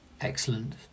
Excellent